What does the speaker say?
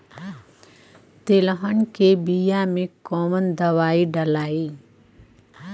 तेलहन के बिया मे कवन दवाई डलाई?